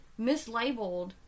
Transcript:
mislabeled